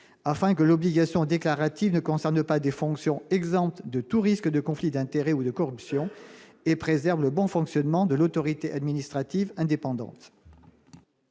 afin que l'obligation déclarative ne concerne pas des fonctions exempte de tout risque de conflit d'intérêts ou de corruption et préserve le bon fonctionnement de l'autorité administrative indépendante.